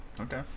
Okay